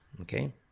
okay